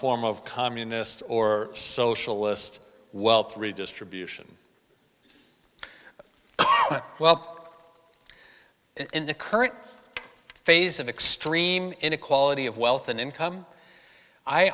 form of communist or socialist wealth redistribution well in the current phase of extreme inequality of wealth and income i